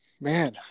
Man